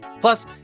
Plus